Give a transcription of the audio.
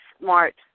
smart